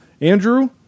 Andrew